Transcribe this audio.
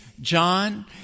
John